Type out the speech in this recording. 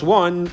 one